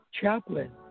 chaplain